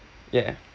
yeah